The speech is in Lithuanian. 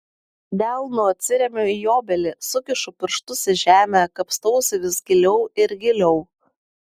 delnu atsiremiu į obelį sukišu pirštus į žemę kapstausi vis giliau ir giliau